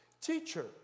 teacher